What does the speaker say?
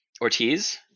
Ortiz